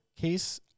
case